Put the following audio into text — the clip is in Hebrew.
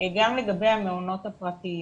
גם לגבי המעונות הפרטיים.